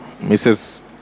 Mrs